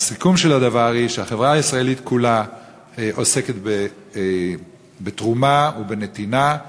הסיכום של הדבר הוא שהחברה הישראלית כולה עוסקת בתרומה ובנתינה,